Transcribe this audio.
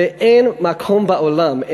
ואין מקום בעולם,